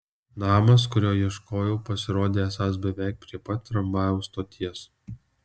namas kurio ieškojau pasirodė esąs beveik prie pat tramvajaus stoties